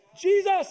Jesus